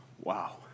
Wow